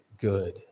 good